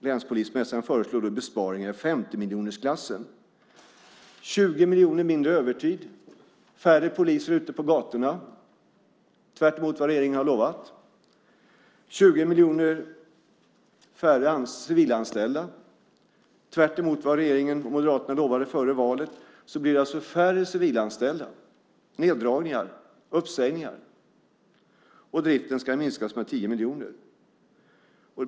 Länspolismästaren föreslår besparingar i 50-miljonersklassen. 20 miljoner ska tas genom mindre övertid. Det ska bli färre poliser ute på gatorna, tvärtemot vad regeringen har lovat. 20 miljoner ska tas genom att det blir färre civilanställda. Tvärtemot vad Moderaterna lovade före valet blir det alltså färre civilanställda. Det blir neddragningar och uppsägningar. Driften ska också minskas med 10 miljoner.